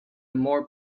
more